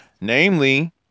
Namely